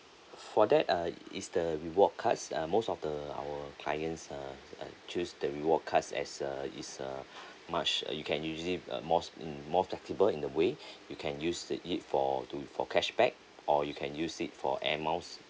for that uh is the reward cards um most of the our clients uh uh choose the reward cards as a is a much uh you can usually uh most mm more flexible in the way you can use it it for to for cashback or you can use it for air miles